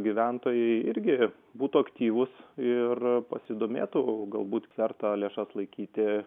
gyventojai irgi būtų aktyvūs ir pasidomėtų o galbūt verta lėšas laikyti